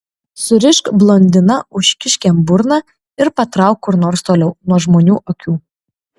surišk blondiną užkišk jam burną ir patrauk kur nors toliau nuo žmonių akių